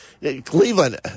Cleveland